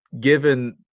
given